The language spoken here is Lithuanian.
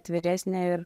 atviresnė ir